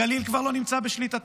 הגליל כבר לא נמצא בשליטתנו.